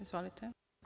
Izvolite.